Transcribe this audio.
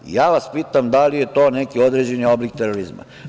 Ja vas pitam – da li je to neki određeni oblik terorizma?